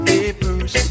Papers